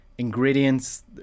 ingredients